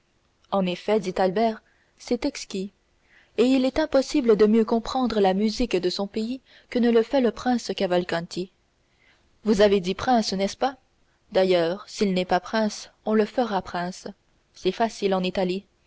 en effet dit albert c'est exquis et il est impossible de mieux comprendre la musique de son pays que ne le fait le prince cavalcanti vous avez dit prince n'est-ce pas d'ailleurs s'il n'est pas prince on le fera prince c'est facile en italie